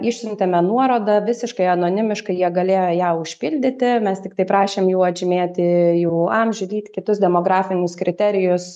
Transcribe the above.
išsiuntėme nuorodą visiškai anonimiškai jie galėjo ją užpildyti mes tiktai prašėm jų atžymėti jų amžių lytį kitus demografinius kriterijus